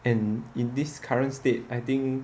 and in this current state I think